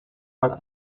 para